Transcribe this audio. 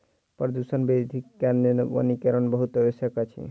प्रदूषण वृद्धिक कारणेँ वनीकरण बहुत आवश्यक अछि